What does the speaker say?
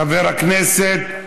חבר הכנסת,